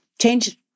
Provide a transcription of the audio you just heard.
change